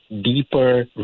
deeper